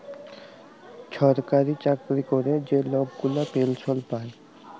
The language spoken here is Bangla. ছরকারি চাকরি ক্যরে যে লক গুলা পেলসল পায়